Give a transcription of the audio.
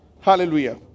Hallelujah